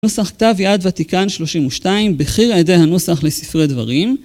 נוסח כתב יד ותיקן 32, בכיר על ידי הנוסח לספרי דברים.